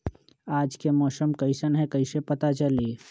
आज के मौसम कईसन हैं कईसे पता चली?